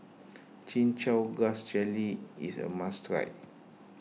Chin Chow Grass Jelly is a must try